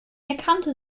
erkannte